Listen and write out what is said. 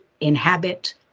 inhabit